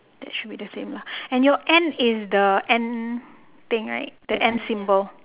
that should be the same lah and your and is the and thing right the and symbol